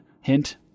hint